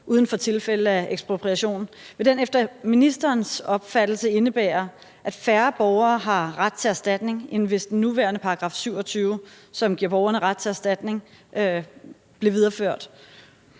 uden for tilfælde af ekspropriation, efter ministerens opfattelse indebære, at færre borgere har ret til erstatning, end hvis den nuværende § 27, som giver borgerne ret til erstatning, bliver videreført?